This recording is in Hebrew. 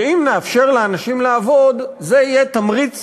שאם נאפשר לאנשים לעבוד, זה יהיה תמריץ